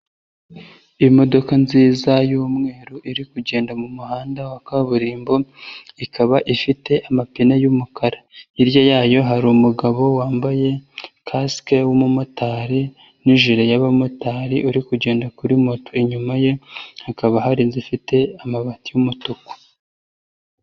Imodoka nziza y'umweru iri kugenda mu muhanda wa kaburimbo, ikaba ifite amapine y'umukara. Hirya yayo hari umugabo wambaye kasike w'umumotari n'ijile y'abamotari, uri kugenda kuri moto. Inyuma ye hakaba hari inzu ifite amabati y'umutuku.